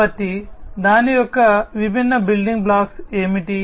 కాబట్టి దాని యొక్క విభిన్న బిల్డింగ్ బ్లాక్స్ ఏమిటి